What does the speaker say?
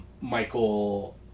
Michael